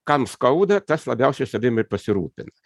kam skauda tas labiausiai savim ir pasirūpins